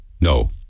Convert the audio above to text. No